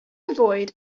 avoid